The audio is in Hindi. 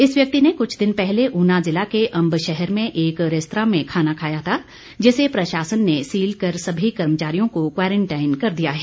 इस व्यक्ति ने कुछ दिन पहले ऊना ज़िला के अम्ब शहर में एक रैस्तरां में खाना खाया था जिसे प्रशासन ने सील कर सभी कर्मचारियों को क्वारंटाइन कर दिया है